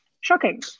shocking